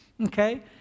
okay